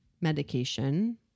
medication